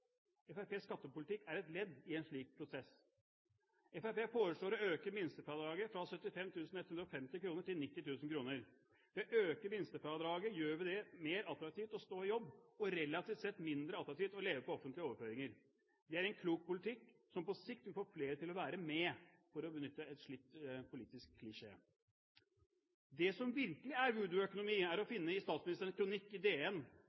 skattepolitikk er et ledd i en slik prosess. Fremskrittspartiet foreslår å øke minstefradraget fra 75 150 kr til 90 000 kr. Ved å øke minstefradraget gjør vi det mer attraktivt å stå i jobb og relativt sett mindre attraktivt å leve på offentlige overføringer. Det er en klok politikk, som på sikt vil få flere til å være med, for å benytte en slitt politisk klisjé. Det som virkelig er voodoo-økonomi, er å